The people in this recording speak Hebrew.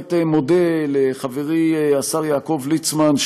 בהחלט מודה לחברי השר יעקב ליצמן,